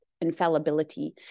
infallibility